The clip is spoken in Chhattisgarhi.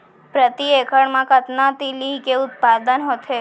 प्रति एकड़ मा कतना तिलि के उत्पादन होथे?